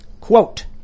Quote